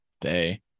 day